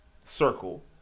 circle